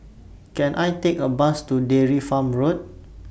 Can I Take A Bus to Dairy Farm Road